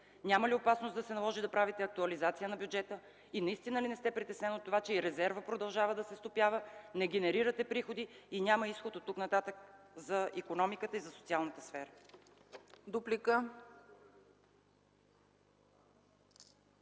Няма ли опасност да се наложи да правите актуализация на бюджета? Наистина ли не сте притеснен от това, че продължава да се стопява, не генерирате приходи и няма изход оттук-нататък за икономиката и за социалната сфера?